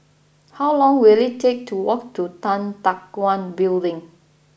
how long will it take to walk to Tan Teck Guan Building